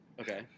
Okay